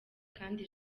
kandi